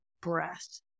breath